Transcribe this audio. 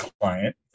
client